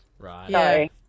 Right